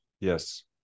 Yes